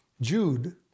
Jude